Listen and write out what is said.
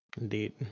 Indeed